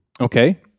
Okay